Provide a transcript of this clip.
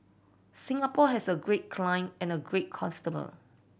Singapore has a great client and a great customer